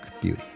beauty